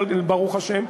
ברוך השם,